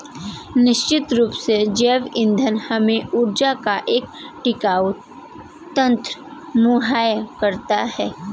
निश्चित रूप से जैव ईंधन हमें ऊर्जा का एक टिकाऊ तंत्र मुहैया कराता है